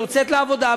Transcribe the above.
והיא יוצאת לעבודה,